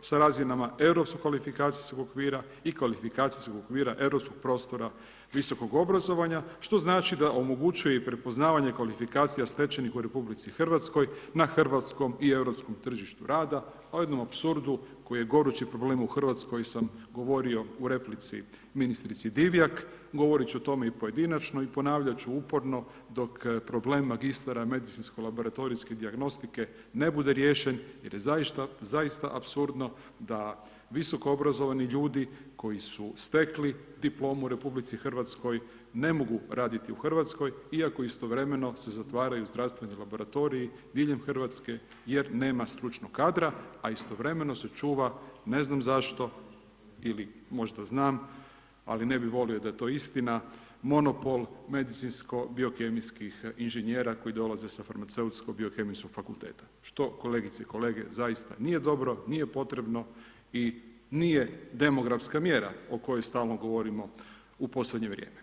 sa razinama europskog kvalifikacijskog okvira i kvalifikacijskog okvira europskog prostora visokog obrazovanja što znači da omogućuje i prepoznavanje kvalifikacija stečenih u RH na hrvatskom i europskom tržištu rada, a o jednom apsurdu koji je gorući problem u Hrvatskoj sam govorio u replici ministrici Divjak, govorit ću o tome i u pojedinačnoj, i ponavljat ću uporno dok problem magistara medicinskog laboratorijske dijagnostike ne bude riješen jer je zaista apsurdno da visokoobrazovani ljudi koji su stekli diplomu u RH ne mogu raditi u Hrvatskoj iako istovremeno se zatvaraju zdravstveni laboratoriji diljem Hrvatske jer nema stručnog kadra a istovremeno se čuva ne znam zašto ili možda znam ali ne bi volio da je to istina, monopol medicinsko-biokemijskih inženjera koji dolaze sa farmaceutsko-biokemijskog fakulteta što kolegice i kolege, zaista nije dobro, nije potrebno i nije demografska mjera o kojoj stalno govorimo u posljednje vrijeme.